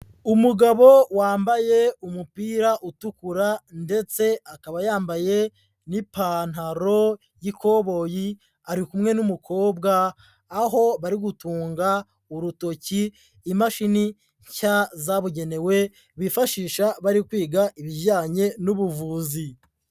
Umugabo wambaye umupira utukura ndetse akaba yambaye n'ipantaro y'ikoboyi, ari kumwe n'umukobwa, aho bari gutunga urutoki imashini nshya zabugenewe bifashisha bari kwiga ibijyanye n'ubuvuzi.